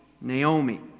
Naomi